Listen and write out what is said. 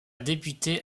débuté